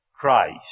Christ